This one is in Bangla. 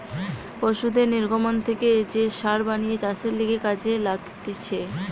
পশুদের নির্গমন থেকে যে সার বানিয়ে চাষের লিগে কাজে লাগতিছে